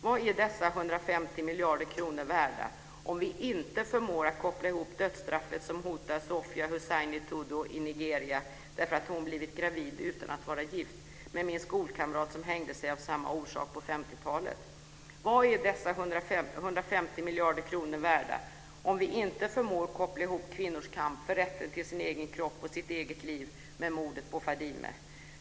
Vad är dessa 150 miljarder kronor värda om vi inte förmår att koppla ihop dödsstraffet som hotar Sofya Hussaini Tudu i Nigeria därför att hon blivit gravid utan att vara gift, med min skolkamrat som hängde sig av samma orsak på 50-talet? Vad är dessa 150 miljarder kronor värda om vi inte förmår koppla ihop kvinnors kamp för rätten till den egna kroppen och det egna livet med mordet på Fadime?